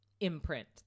imprint